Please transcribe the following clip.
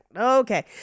okay